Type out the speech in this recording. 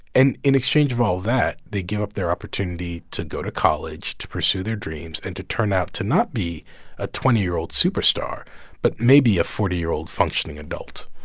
and in exchange for all that, they give up their opportunity to go to college, to pursue their dreams and to turn out to not be a twenty year old superstar but maybe a forty year old functioning adult